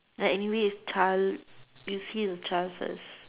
like anyway it's child you see a child first